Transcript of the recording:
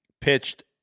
Pitched